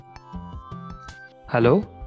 Hello